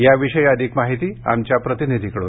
याविषयी अधिक माहिती आमच्या प्रतिनिधीकडून